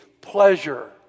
pleasure